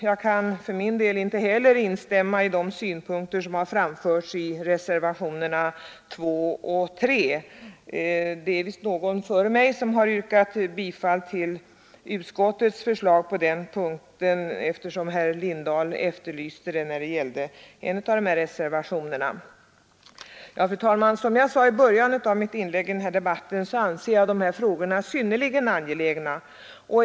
Jag kan för min del inte heller instämma i de synpunkter som framförts i reservationerna 2 och 3. Fru talman! Som jag sade i början av mitt inlägg anser jag dessa frågor vara synnerligen angelägna.